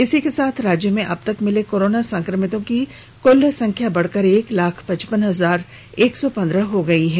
इसी के साथ राज्य में अब तक मिले कोरोना संक्रमितों की कुल संख्या बढ़कर एक लाख पचपन हजार एक सौ पंद्रह पहुंच गई है